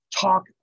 talk